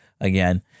again